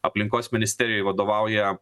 aplinkos ministerijai vadovauja